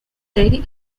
dairy